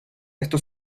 esto